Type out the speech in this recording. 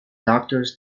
doctors